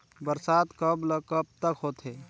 बरसात कब ल कब तक होथे?